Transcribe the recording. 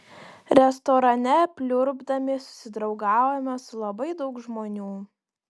restorane pliurpdami susidraugavome su labai daug žmonių